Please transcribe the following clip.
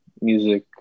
music